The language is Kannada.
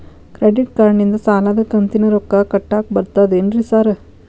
ಕ್ರೆಡಿಟ್ ಕಾರ್ಡನಿಂದ ಸಾಲದ ಕಂತಿನ ರೊಕ್ಕಾ ಕಟ್ಟಾಕ್ ಬರ್ತಾದೇನ್ರಿ ಸಾರ್?